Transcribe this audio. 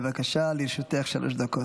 בבקשה, לרשותך שלוש דקות.